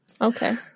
Okay